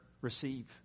receive